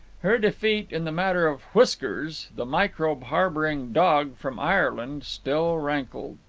her defeat in the matter of whiskers, the microbe-harbouring dog from ireland, still rankled.